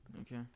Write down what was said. Okay